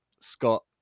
Scott